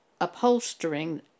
upholstering